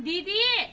दिदी